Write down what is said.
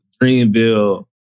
Greenville